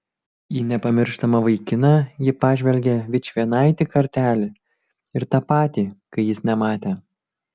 į nepamirštamą vaikiną ji pažvelgė vičvienaitį kartelį ir tą patį kai jis nematė